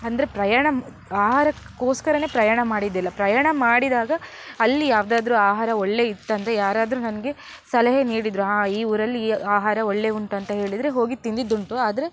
ಅಂದರೆ ಪ್ರಯಾಣ ಆಹಾರಕ್ಕೋಸ್ಕರವೇ ಪ್ರಯಾಣ ಮಾಡಿದ್ದಿಲ್ಲ ಪ್ರಯಾಣ ಮಾಡಿದಾಗ ಅಲ್ಲಿ ಯಾವ್ದಾದರೂ ಆಹಾರ ಒಳ್ಳೆಯ ಇತ್ತಂದರೆ ಯಾರಾದರೂ ನನಗೆ ಸಲಹೆ ನೀಡಿದರು ಹಾಂ ಈ ಊರಲ್ಲಿ ಈ ಆಹಾರ ಒಳ್ಳೆಯ ಉಂಟಂತ ಹೇಳಿದರೆ ಹೋಗಿ ತಿಂದಿದ್ದುಂಟು ಆದರೆ